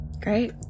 great